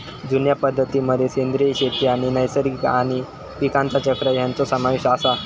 जुन्या पद्धतीं मध्ये सेंद्रिय शेती आणि नैसर्गिक आणि पीकांचा चक्र ह्यांचो समावेश आसा